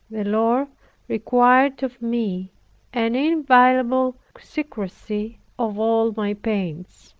the lord required of me an inviolable secrecy of all my pains,